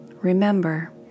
Remember